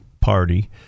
party